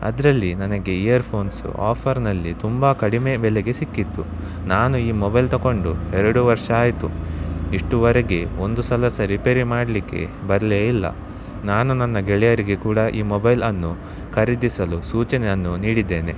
ಅದರಲ್ಲಿ ನನಗೆ earphones ಆಫರ್ನಲ್ಲಿ ತುಂಬ ಕಡಿಮೆ ಬೆಲೆಗೆ ಸಿಕ್ಕಿತ್ತು ನಾನು ಈ ಮೊಬೈಲ್ ತಗೊಂಡು ಎರಡು ವರ್ಷ ಆಯಿತು ಇಷ್ಟುವರೆಗೆ ಒಂದು ಸಲ ಸಹ ರಿಪೇರಿ ಮಾಡಲಿಕ್ಕೆ ಬರಲೇ ಇಲ್ಲ ನಾನು ನನ್ನ ಗೆಳೆಯರಿಗೆ ಕೂಡ ಈ ಮೊಬೈಲ್ ಅನ್ನು ಖರೀದಿಸಲು ಸೂಚನೆ ಅನ್ನು ನೀಡಿದ್ದೇನೆ